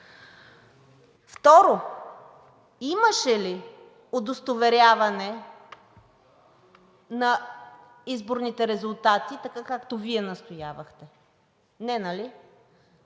Второ, имаше ли удостоверяване на изборните резултати, така както Вие настоявахте? Не, нали?